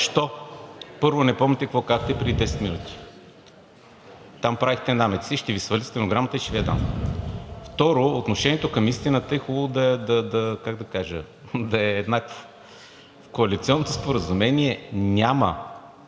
Първо, не помните какво казахте преди 10 минути. Там правехте намеци и ще Ви свалят стенограмата и ще Ви я дам. Второ, отношението към истината е хубаво да е еднакво. В коалиционното споразумение няма